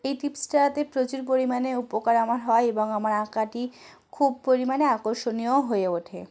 এই টিপসটাতে প্রচুর পরিমাণে উপকার আমার হয় এবং আমার আঁকাটি খুব পরিমাণে আকর্ষণীয় হয়ে ওঠে